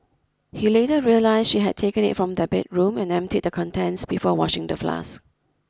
he later realise she had taken it from their bedroom and emptied the contents before washing the flask